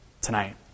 tonight